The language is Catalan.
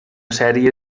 sèrie